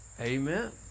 Amen